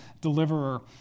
deliverer